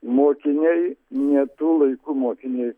mokiniai ne tų laikų mokiniai